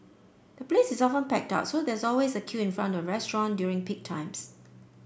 the place is often packed out so there's always a queue in front of restaurant during peak times